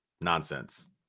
nonsense